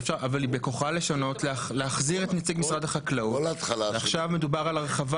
אבל בכוחה להחזיר את נציג משרד החקלאות ועכשיו מדובר על הרחבה